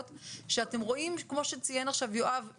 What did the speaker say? שאתם רואים כמו שציין עכשיו יואב,